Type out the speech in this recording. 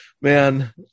man